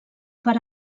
per